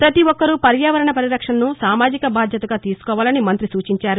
పతి ఒక్కరూ పర్యావరణ పరిరక్షణను సామాజిక బాధ్యతగా తీసుకోవాలని మంతి సూచించారు